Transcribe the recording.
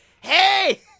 Hey